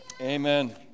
Amen